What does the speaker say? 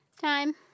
Time